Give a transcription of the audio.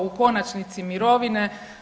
U konačnici mirovine.